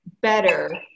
better